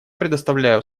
предоставляю